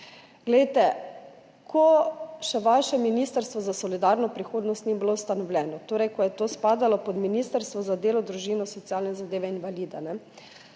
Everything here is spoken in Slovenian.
tega. Ko še vaše Ministrstvo za solidarno prihodnost ni bilo ustanovljeno, torej ko je to spadalo pod Ministrstvo za delo, družino, socialne zadeve in